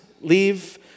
leave